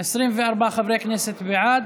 24 חברי כנסת בעד.